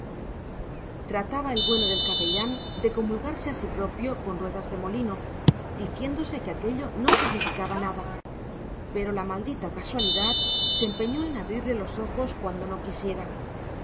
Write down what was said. trataba el bueno del capellán de comulgarse a sí propio con ruedas de molino diciéndose que aquello no significaba nada pero la maldita casualidad se empeñó en abrirle los ojos cuando no quisiera